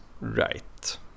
Right